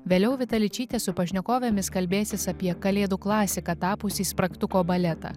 vėliau vita ličytė su pašnekovėmis kalbėsis apie kalėdų klasika tapusį spragtuko baletą